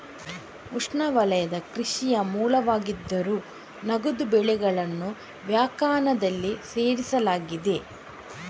ಉಷ್ಣವಲಯದ ಕೃಷಿಯ ಮೂಲವಾಗಿದ್ದರೂ, ನಗದು ಬೆಳೆಗಳನ್ನು ವ್ಯಾಖ್ಯಾನದಲ್ಲಿ ಸೇರಿಸಲಾಗಿದೆ